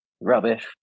Rubbish